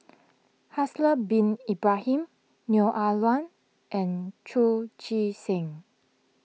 Haslir Bin Ibrahim Neo Ah Luan and Chu Chee Seng